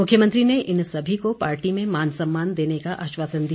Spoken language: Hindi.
मुख्यमंत्री ने इन सभी को पार्टी में मान सम्मान देने का आश्वासन दिया